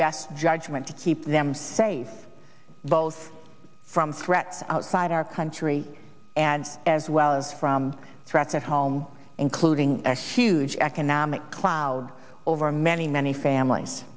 best judgment to keep them safe both from threats outside our country and as well as from threats at home including a huge economic cloud over many many families